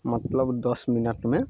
मतलब दस मिनटमे